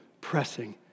pressing